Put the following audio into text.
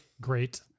Great